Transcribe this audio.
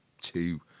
two